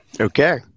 Okay